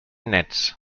nets